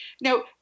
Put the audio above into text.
Now